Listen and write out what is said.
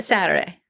Saturday